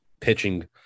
pitching